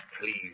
please